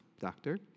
Doctor